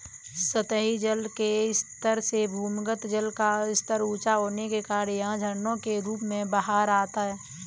सतही जल के स्तर से भूमिगत जल का स्तर ऊँचा होने के कारण यह झरनों के रूप में बाहर आता है